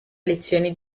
lezioni